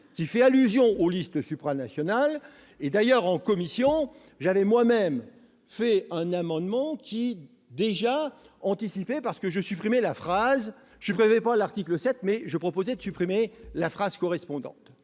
qui fait allusion aux listes supranationales. D'ailleurs, en commission, j'avais moi-même déposé un amendement qui anticipait en proposant de supprimer la phrase correspondante,